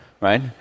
right